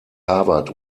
harvard